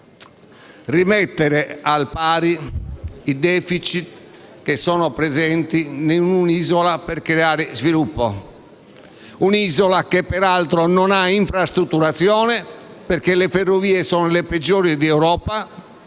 rimettere al pari i *deficit* presenti in un'isola per creare sviluppo, un'isola che peraltro non ha infrastrutturazione, perché le ferrovie sono le peggiori d'Europa